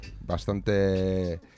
bastante